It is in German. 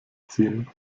ziehen